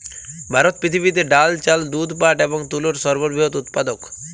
ভারত পৃথিবীতে ডাল, চাল, দুধ, পাট এবং তুলোর সর্ববৃহৎ উৎপাদক